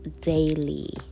daily